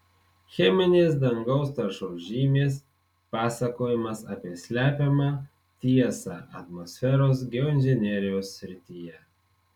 cheminės dangaus taršos žymės pasakojimas apie slepiamą tiesą atmosferos geoinžinerijos srityje